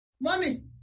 Mommy